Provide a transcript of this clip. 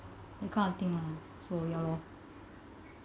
that kind of thing lah so ya loh